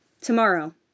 Tomorrow